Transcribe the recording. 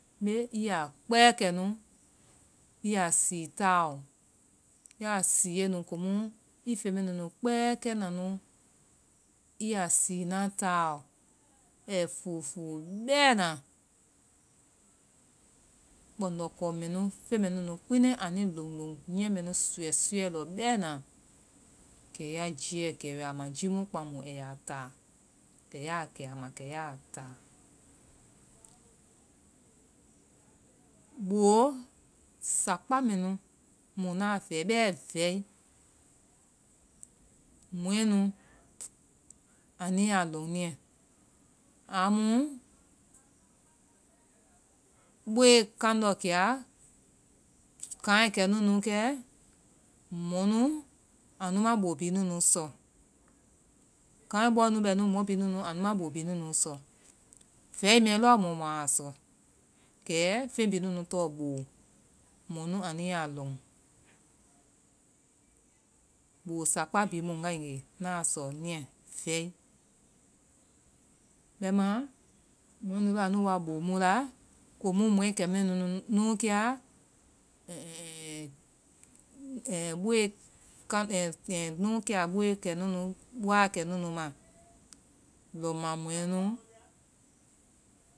Me? Ii ya kpɛ kɛ nu. Ii ya sii taaɔ. Ya siiɛ nu, komu ii feŋ mɛ nunu kpɛ kɛna nu, ii ya siina taaɔ ai fufuu bɛna. Kpɔŋdɔkɔ mɛ u, feŋ mɛ nunu kiinɛi anu loŋloŋ nyiiɛ mɛ nu suuɛ suuɛ lɔ bɛna. Kɛ ya jiiɛ kɛ a ma, jii mu kpaŋmu ai ya taa. Kɛ ya kɛ a ma. Kɛ ya taa. Bo sakpa mɛ nu na fɛ bɛ vɛi, mɔɛnu anu ya lɔŋ niiɛ. Amu boe kaŋdɔ kia, kaŋɛ kɛ nunu kɛ, mɔnu, anu ma bo bi nunun sɔ. Kaŋɛ bɔ nu bɛ nu anu ma bo bi nunu sɔ. Vɛi mɛ lɔmu mua sɔ kɛ feŋ bi nunu tɔŋ bo, mɔnu anua lɔŋ. Bo sakpa bi mi ngae nge na sɔ niiɛ vɛi. Bɛma nu wae a nu wa bo mu la, komu mɛkɛnunnu nu kia, boe-kaŋ- nu kia boe kɛ nu nu, wa kɛ nu ma. Lorma mɔɛnu,